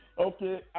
Okay